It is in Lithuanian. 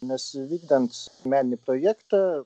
nes vykdant meninį projektą